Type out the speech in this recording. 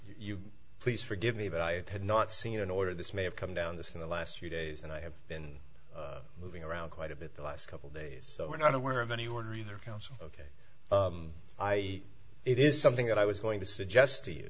you please forgive me but i had not seen an order this may have come down this in the last few days and i have been moving around quite a bit the last couple days so we're not aware of any order either count ok i it is something that i was going to suggest t